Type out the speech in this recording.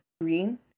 green